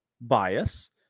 bias